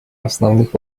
основных